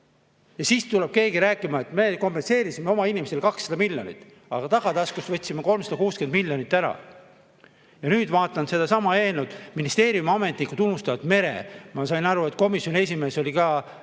Ja siis tuleb keegi rääkima, et me kompenseerisime oma inimestele 200 miljonit. Aga tagataskust võtsime 360 miljonit ära. Ja nüüd vaatan sedasama eelnõu, ministeeriumi ametnikud unustavad mere. Ma sain aru, et komisjoni esimees oli ka hämmingus,